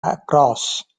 across